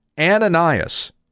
Ananias